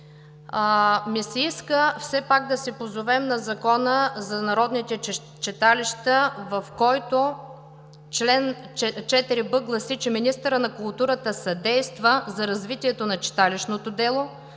ми се иска да се позовем на Закона за народните читалища, в който чл. 4б гласи, че: „Министърът на културата съдейства за развитието на читалищното дело,